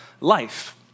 life